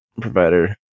provider